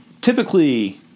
typically